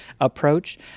approach